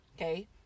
okay